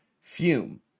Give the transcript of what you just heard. Fume